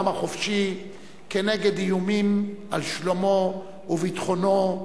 החופשי כנגד איומים על שלומו וביטחונו,